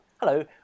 hello